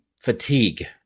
fatigue